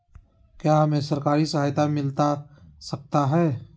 क्या हमे सरकारी सहायता मिलता सकता है?